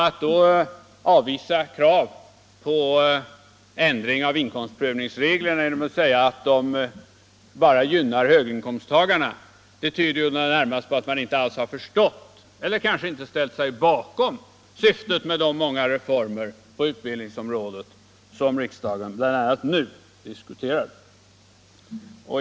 Att då avvisa kravet på ändring av inkomstprövningsreglerna genom att säga att de bara gynnar höginkomsttagarna visar närmast att utskottet inte alls har förstått eller ställt sig bakom syftet med de många reformer på utbildningsområdet som riksdagen nu diskuterar.